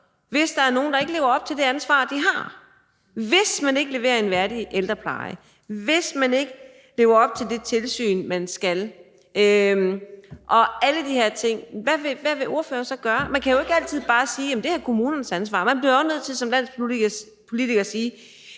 hvis der er nogle, der ikke lever op til det ansvar, de har? Hvis man ikke leverer en værdig ældrepleje, hvis man ikke lever op til det tilsyn, man skal, og alle de her ting, hvad vil ordføreren så gøre? Man kan jo ikke altid bare sige: Jamen det er kommunernes ansvar. Man bliver også nødt til som landspolitiker at sige: